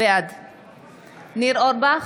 בעד ניר אורבך,